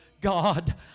God